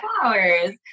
flowers